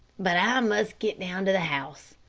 but i must get down to the house.